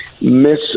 miss